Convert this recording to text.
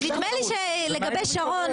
נדמה לי שלגבי שרון